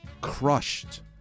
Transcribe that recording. crushed